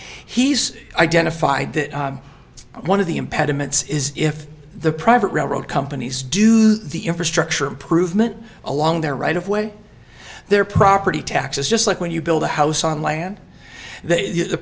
he's identified that one of the impediments is if the private railroad companies do the infrastructure improvement along their right of way their property taxes just like when you build a house on land